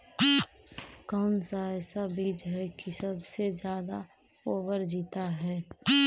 कौन सा ऐसा बीज है की सबसे ज्यादा ओवर जीता है?